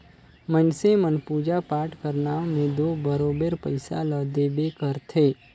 मइनसे मन पूजा पाठ कर नांव में दो बरोबेर पइसा ल देबे करथे